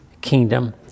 kingdom